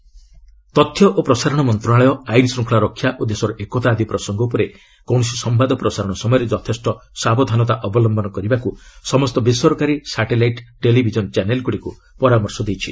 I and B advisory ତଥ୍ୟ ଓ ପ୍ରସାରଣ ମନ୍ତ୍ରଣାଳୟ ଆଇନ ଶୂଙ୍ଖଳା ରକ୍ଷା ଓ ଦେଶର ଏକତା ଆଦି ପ୍ରସଙ୍ଗ ଉପରେ କୌଣସି ସମ୍ଘାଦ ପ୍ରସାରଣ ସମୟରେ ଯଥେଷ୍ଟ ସାବଧାନତା ଅବଲମ୍ଘନ କରିବାକୁ ସମସ୍ତ ବେସରକାରୀ ସାଟେଲାଇଟ୍ ଟେଲିଭିଜନ ଚ୍ୟାନେଲ୍ଗୁଡ଼ିକୁ ପରାମର୍ଶ ଦେଇଛି